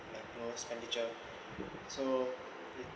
like low expenditure